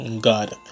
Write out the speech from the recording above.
God